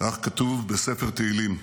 כך כתוב בספר תהילים.